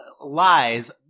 lies